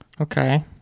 Okay